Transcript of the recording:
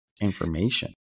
information